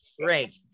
great